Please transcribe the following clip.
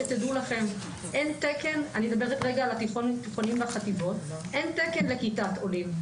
אני מדברת כרגע על התיכונים והחטיבות אין תקן לכיתת עולים.